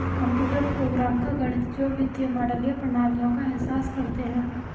computer program का गणित जो वित्तीय मॉडल या प्रणालियों का एहसास करते हैं